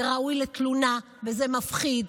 זה ראוי לתלונה וזה מפחיד.